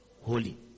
Holy